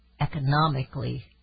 economically